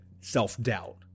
self-doubt